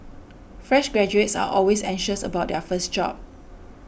fresh graduates are always anxious about their first job